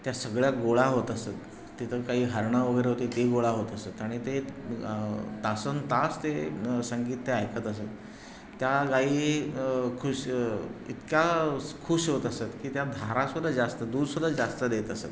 त्या सगळ्या गोळा होत असत तिथं काही हरणं वगैरे होती ती गोळा होत असत आणि ते तासनतास ते संगीत ते ऐकत असत त्या गाई खुश इतक्या खुश होत असत की त्या धारा सुद्धा जास्त दूध सुद्धा जास्त देत असत